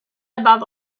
above